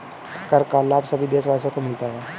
कर का लाभ सभी देशवासियों को मिलता है